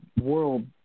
world